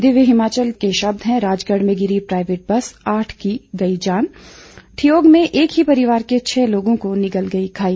दिव्य हिमाचल के शब्द हैं राजगढ़ में गिरी प्राइवेट बस आठ की गई जान ठियोग में एक ही परिवार के छह लोगों को निगल गई खाई